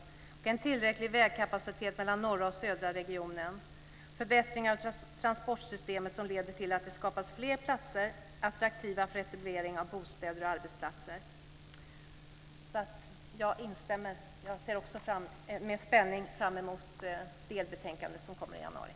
Vidare handlar det om att ha tillräcklig vägkapacitet mellan norra och södra regionen och om förbättringar av transportsystemet som leder till att det skapas fler platser som är attraktiva för etablering av bostäder och arbetsplatser. Jag instämmer alltså. Jag ser också med spänning fram emot delbetänkandet som kommer i januari.